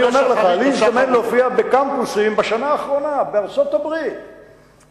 אני אומר לך: הזדמן לי להופיע בקמפוסים בארצות-הברית בשנה האחרונה.